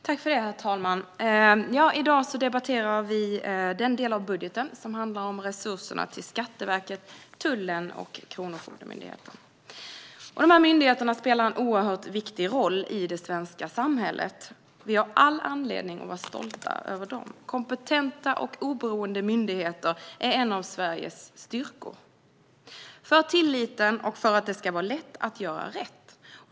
Herr talman! I dag debatterar vi den del av budgeten som handlar om resurserna till Skatteverket, Tullverket och Kronofogdemyndigheten. Dessa myndigheter spelar en oerhört viktigt roll i det svenska samhället. Vi har all anledning att vara stolta över dem. Kompetenta och oberoende myndigheter är en av Sveriges styrkor. De är viktiga för tilliten och för att det ska vara lätt att göra rätt.